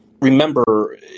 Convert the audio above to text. remember